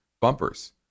bumpers